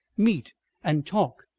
meet and talk?